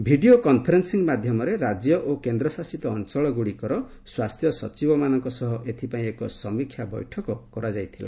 video conferencing ମାଧ୍ୟମରେ ରାଜ୍ୟ ଓ କେନ୍ଦ୍ରଶାସିତ ଅଞ୍ଚଳ ଗୁଡ଼ିକର ସ୍ୱାସ୍ଥ୍ୟ ସଚିବମାନଙ୍କ ସହ ଏଥିପାଇଁ ଏକ ସମୀକ୍ଷା ବୈଠକ କରାଯାଇଥିଲା